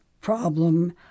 problem